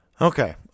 Okay